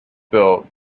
built